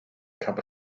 cup